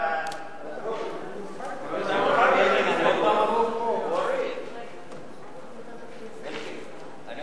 שם